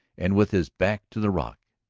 and with his back to the rock,